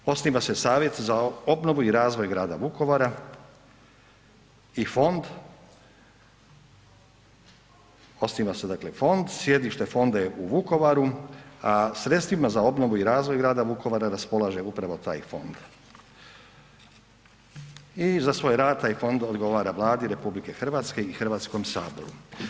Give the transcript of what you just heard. Osniva se Savjet za obnovu i razvoj grada Vukovara i fond, osniva se dakle fond, sjedište fonda je u Vukovaru, a sredstvima za obnovu i razvoj grada Vukovara raspolaže upravo taj fond i za svoj rad taj fond odgovara Vladi RH i Hrvatskom saboru.